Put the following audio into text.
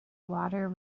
water